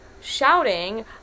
shouting